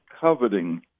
coveting